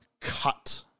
cut